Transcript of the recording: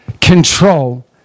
control